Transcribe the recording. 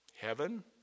heaven